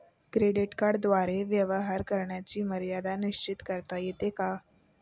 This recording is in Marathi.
क्रेडिट कार्डद्वारे व्यवहार करण्याची मर्यादा निश्चित करता येते का?